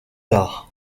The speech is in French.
tard